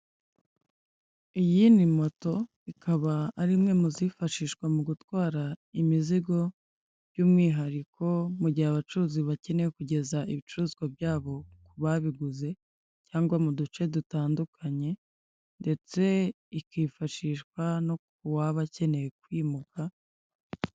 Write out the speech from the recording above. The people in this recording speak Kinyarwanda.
Iyi ni moto ikaba ari imwe mu zifashishwa mu gutwara imizigo by'umwihariko mu gihe abacuruzi bakeneye kugeza ibicuruzwa byabo ku babiguze cyangwa mu duce dutandukanye, ndetse ikifashishwa no ku waba akeneye kwimuka.